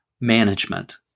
management